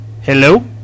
Hello